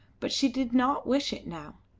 but she did not wish it now.